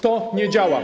To nie działa.